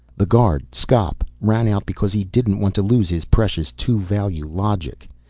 the guard, skop, ran out because he didn't want to lose his precious two-value logic.